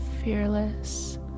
fearless